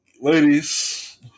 Ladies